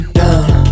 down